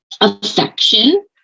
affection